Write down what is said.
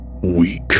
weak